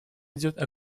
идет